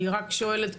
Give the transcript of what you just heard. אני רק שואלת,